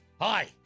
Hi